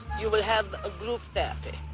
you will have ah group therapy,